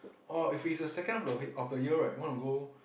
or if it's the second of the week of the year right wanna go